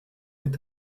est